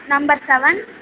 number seven